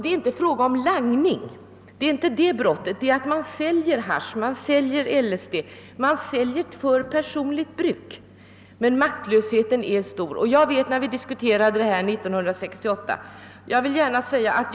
Det är inte fråga om någon langning, utan man säljer hasch och LSD för personligt bruk. Maktlösheten är stor. Vi diskuterade den här saken redan 1968.